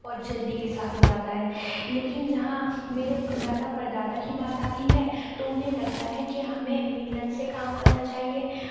اور جلدی کے ساتھ ہو جاتا ہے لیکن جہاں میرے دادا پر دادا کی بات آتی ہے تو انہیں لگتا ہے کہ ہمیں محنت سے کام کرنا چاہیے